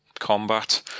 Combat